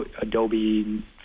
Adobe